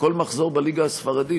כל מחזור בליגה הספרדית.